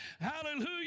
Hallelujah